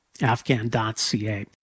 Afghan.ca